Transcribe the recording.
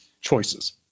choices